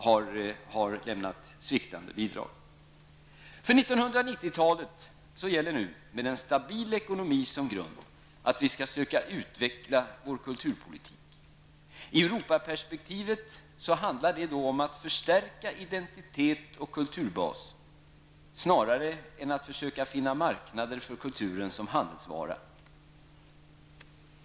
För 1990-talet gäller nu, med en stabil ekonomi som grund, att vi skall söka utveckla vår kulturpolitik. I Europaperspektivet handlar det om att förstärka identitet och kulturbas snarare än att försöka finna marknader för kulturen som handelsvara.